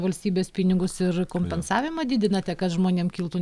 valstybės pinigus ir kompensavimą didinate kad žmonėm kiltų